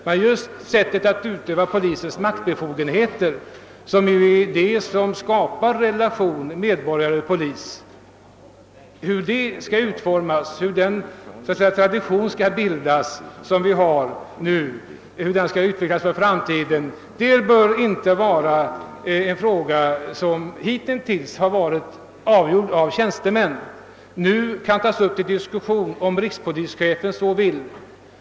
Men hur maktbefogenheterna, som ju är det som skapar relationen mellan medborgare och polis, skall utövas nu och i framtiden bör inte såsom hittills avgöras av tjänstemän och tas upp i styrelsen endast om rikspolischefen så vill.